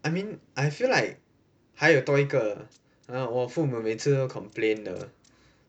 I mean I feel like 还有多一个我父母每次都 complain 的